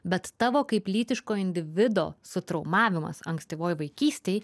bet tavo kaip lytiško individo su traumavimas ankstyvoj vaikystėj